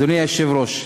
אדוני היושב-ראש,